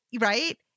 right